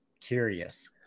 Curious